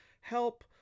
help